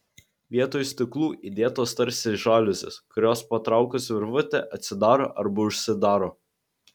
vietoj stiklų įdėtos tarsi žaliuzės kurios patraukus virvutę atsidaro arba užsidaro